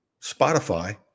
Spotify